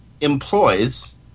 employs